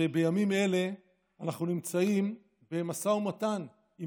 ובימים אלה אנחנו נמצאים במשא ומתן עם